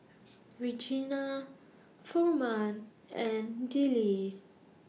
Regena Furman and Dillie